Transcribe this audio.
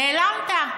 נעלמת.